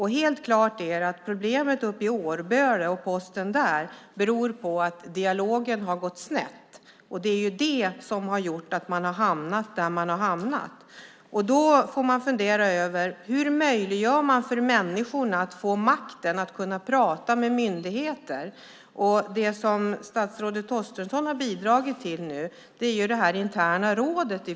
Helt klart är att problemet med Posten i Årböle beror på att dialogen har gått snett. Det är det som har gjort att man har hamnat där man har hamnat. Nu får vi fundera över hur vi möjliggör för människorna att få makten att prata med myndigheter. Statsrådet Torstensson har bidragit till det interna rådet.